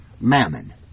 mammon